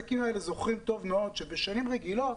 זוכרים שבשנים רגילות